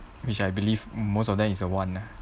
which I believe most of them is a want lah